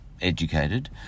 educated